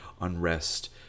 unrest